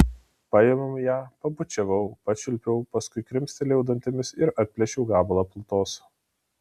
paėmiau ją pabučiavau pačiulpiau paskui krimstelėjau dantimis ir atplėšiau gabalą plutos